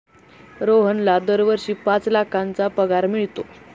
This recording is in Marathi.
रोहनला दरवर्षी पाच लाखांचा पगार मिळतो